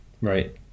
Right